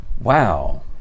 Wow